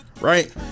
right